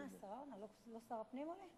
השרה עונה, לא שר הפנים עונה?